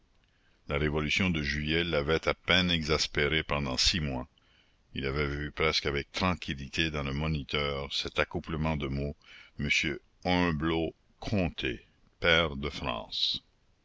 la révolution de juillet l'avait à peine exaspéré pendant six mois il avait vu presque avec tranquillité dans le moniteur cet accouplement de mots m humblot conté pair de france